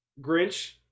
Grinch